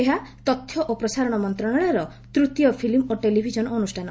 ଏହା ତଥ୍ୟ ଓ ପ୍ରସାରଣ ମନ୍ତ୍ରଣାଳୟର ତୂତୀୟ ଫିଲ୍ମ ଓ ଟେଲିଭଜନ ଅନୁଷ୍ଠାନ